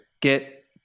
get